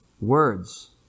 words